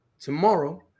tomorrow